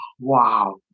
wow